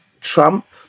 trump